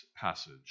passage